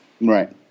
right